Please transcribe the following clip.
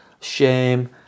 shame